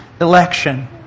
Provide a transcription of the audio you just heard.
election